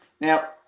Now